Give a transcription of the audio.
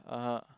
(uh huh)